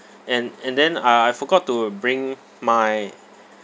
and and then I I forgot to bring my